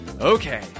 Okay